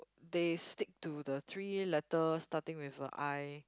they stick to the three letter starting with a i